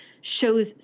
shows